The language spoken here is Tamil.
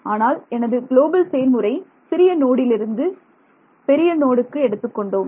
ஆனால் எனது குளோபல் செயல்முறை சிறிய நோடிலிருந்து அதிலிருந்து பெரிய நோடுக்கு எடுத்துக் கொண்டோம்